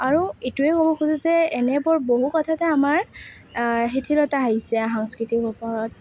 আৰু এইটোৱে ক'ব খোজোঁ যে এনেবোৰ বহু কথাতে আমাৰ শিথিলতা আহিছে সাংস্কৃতিৰ ওপৰত